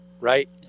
right